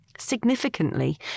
Significantly